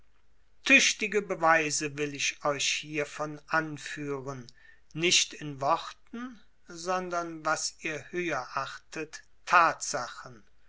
tüchtige beweise will ich euch hiervon anführen nicht in worten sondern was ihr höher achtet tatsachen